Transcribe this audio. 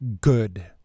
good